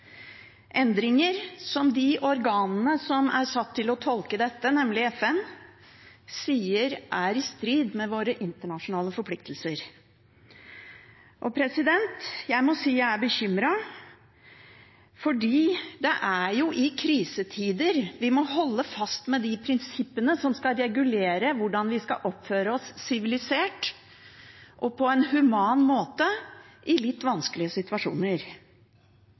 endringer i asylretten, endringer som det organet som er satt til å tolke dette, nemlig FN, sier er i strid med våre internasjonale forpliktelser. Jeg må si jeg er bekymret, for det er i krisetider vi må holde fast ved de prinsippene som skal regulere hvordan vi skal oppføre oss sivilisert og på en human måte i litt vanskelige situasjoner.